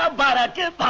ah but how?